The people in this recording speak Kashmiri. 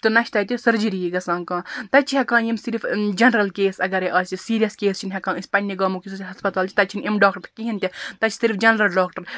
تہٕ نہَ چھِ تَتہِ سرجریی گژھان کانٛہہ تَتہِ چھِ ہیٚکان یِم صِرِف جَنرَل کیس اَگَرے آسہِ سیٖریَس کیس چھِنہٕ ہیٚکان أسۍ پَننہِ گامُک یُس اَسہِ ہَسپَتال چھُ تَتہِ چھ نہٕ یِم ڈاکٹر کِہیٖنٛۍ تہِ تَتہِ چھِ ِصِرف جَنرَل ڈاکٹَر